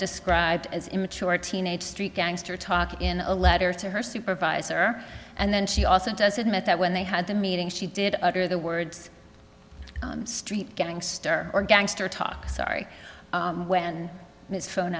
described as immature teenage street gangster talk in a letter to her supervisor and then she also does admit that when they had the meeting she did utter the words street gangster or gangster talk sorry when his phone